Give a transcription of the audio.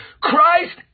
Christ